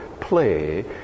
play